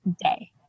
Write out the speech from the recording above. day